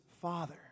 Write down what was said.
Father